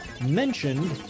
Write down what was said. mentioned